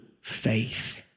faith